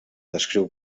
descriu